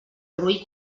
roí